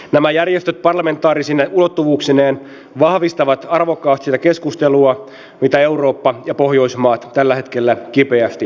nämä järjestöt parlamentaarisine ulottuvuuksineen vahvistavat arvokkaasti sitä keskustelua mitä eurooppa ja pohjoismaat tällä hetkellä kipeästi tarvitsevat